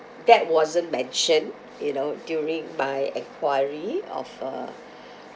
that wasn't mentioned you know during my enquiry of uh